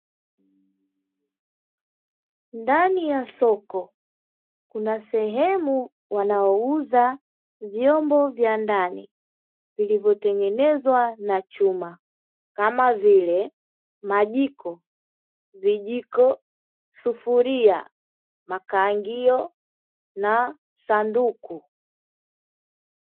Ndani ya soko kuna sehemu wanayouza vyombo vya ndani vilivyotengenezwa na chuma, kama vile: majiko, vijiko, sufuria, makaangio na sanduku.